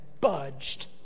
budged